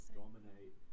dominate